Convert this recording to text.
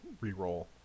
re-roll